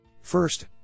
First